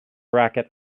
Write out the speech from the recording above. racket